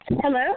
Hello